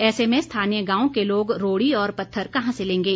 ऐसे में स्थानीय गांव के लोग रोड़ी और पत्थर कहां से लेंगे